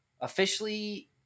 Officially